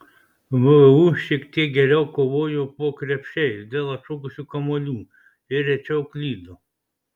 vu šiek tiek geriau kovojo po krepšiais dėl atšokusių kamuolių ir rečiau klydo